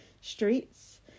streets